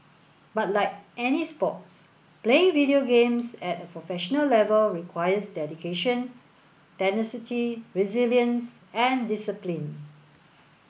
but like any sports playing video games at a professional level requires dedication tenacity resilience and discipline